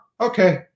okay